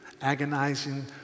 agonizing